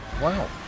Wow